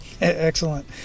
Excellent